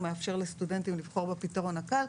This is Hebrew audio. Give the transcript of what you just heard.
או מאפשר לסטודנטים לבחור בפתרון הקל,